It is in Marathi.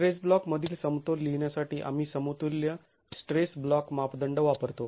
स्ट्रेस ब्लॉक मधील समतोल लिहिण्यासाठी आम्ही समतुल्य स्ट्रेस ब्लॉक मापदंड वापरतो